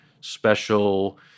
special –